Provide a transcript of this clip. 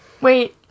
Wait